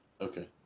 okay